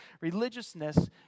religiousness